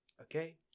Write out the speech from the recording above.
Okay